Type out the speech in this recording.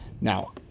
Now